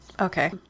Okay